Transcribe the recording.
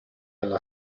alla